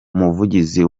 umuvugizi